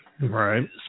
Right